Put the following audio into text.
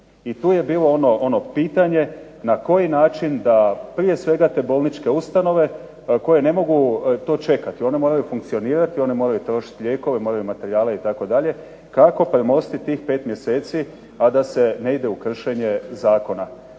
I tu je bilo ono pitanje, na koji način da prije svega te bolničke ustanove koje ne mogu to čekati, one moraju funkcionirati, one moraju trošiti lijekove, materijale itd. kako premostiti tih 5 mjeseci a da se ne ide u kršenje zakona?